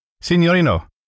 Signorino